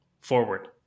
forward